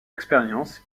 expérience